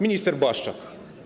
Minister Błaszczak.